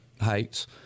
heights